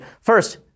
First